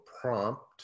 prompt